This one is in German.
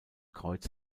kreuz